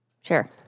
Sure